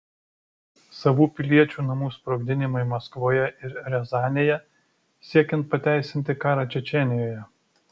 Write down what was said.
savų piliečių namų sprogdinimai maskvoje ir riazanėje siekiant pateisinti karą čečėnijoje